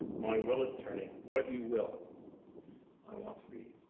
my will is turning what you will i want to be.